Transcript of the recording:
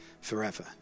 forever